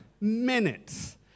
minutes